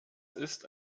ist